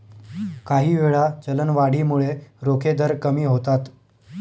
काहीवेळा, चलनवाढीमुळे रोखे दर कमी होतात